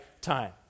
time